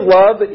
love